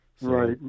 Right